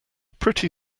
pretty